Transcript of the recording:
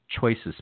choices